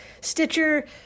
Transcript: Stitcher